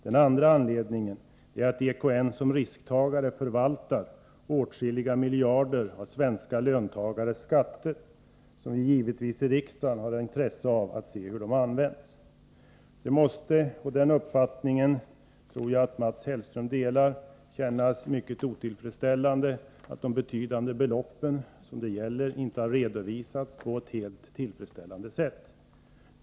Den andra anledningen är att EKN som risktagare förvaltar åtskilliga miljarder av svenska löntagares skattepengar, och vi i riksdagen har givetvis intresse av att se hur dessa pengar används. Det måste — och den uppfattningen tror jag att Mats Hellström delar — kännas mycket otillfredsställande att de betydande belopp det gäller inte redovisats på ett helt tillfredsställande sätt.